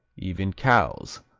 even cow's,